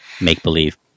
make-believe